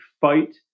fight